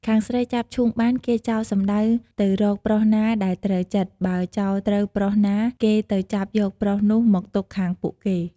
ខាងស្រីចាប់ឈូងបាន គេចោលសំដៅទៅរកប្រុសណាដែលត្រូវចិត្ដ បើចោលត្រូវប្រុសណា គេទៅចាប់យកប្រុសនោះមកទុកខាងពួកគេ។